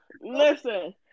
Listen